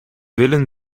willen